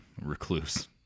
recluse